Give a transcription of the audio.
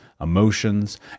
emotions